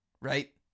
right